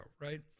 right